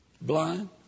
blind